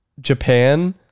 Japan